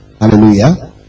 Hallelujah